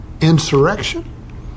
insurrection